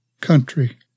country